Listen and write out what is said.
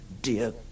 Dear